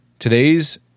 Today's